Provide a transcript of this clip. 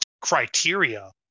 criteria